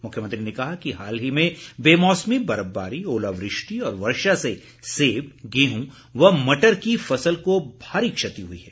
मुख्यमंत्री ने कहा कि हाल ही में बेमौसमी बर्फबारी ओलावृष्टि और वर्षा से सेब गेहूं व मटर की फसल को भारी क्षति हुई है